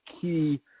key